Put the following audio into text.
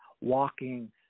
walking